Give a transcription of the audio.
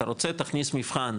אתה רוצה תכניס מבחן,